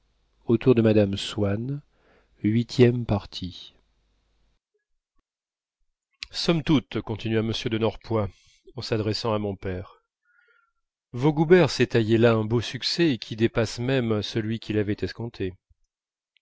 somme toute continua m de norpois en s'adressant à mon père vaugoubert s'est taillé là un beau succès et qui dépasse même celui qu'il avait escompté